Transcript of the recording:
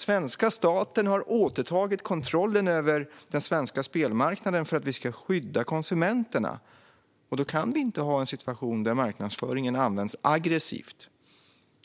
Svenska staten har återtagit kontrollen över den svenska spelmarknaden för att vi ska skydda konsumenterna, och då kan vi inte ha en situation där marknadsföringen används aggressivt